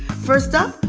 first up,